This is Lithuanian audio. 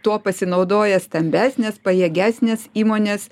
tuo pasinaudoja stambesnės pajėgesnės įmonės